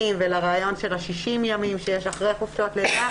ולרעיון של ה-60 ימים שיש אחרי חופשת לידה,